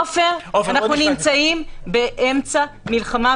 עופר, אנחנו נמצאים באמצע מלחמה.